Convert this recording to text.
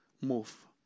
move